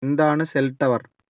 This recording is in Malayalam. എന്താണ് സെൽ ടവർ